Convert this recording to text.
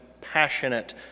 passionate